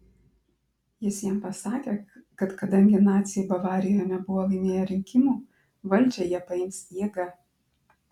jis jam pasakė kad kadangi naciai bavarijoje nebuvo laimėję rinkimų valdžią jie paims jėga